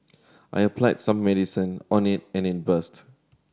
I applied some medicine on it and it burst